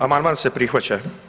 Amandman se prihvaća.